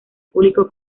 público